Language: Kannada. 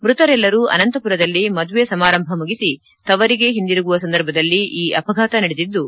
ಮೃತರೆಲ್ಲರೂ ಆನಂತಪುರದಲ್ಲಿ ಮದುವೆ ಸಮಾರಂಭ ಮುಗಿಸಿ ತವರಿಗೆ ಹಿಂದಿರುಗುವ ಸಂದರ್ಭದಲ್ಲಿ ಈ ಅಪಘಾತ ನಡೆದಿದ್ದು